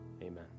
Amen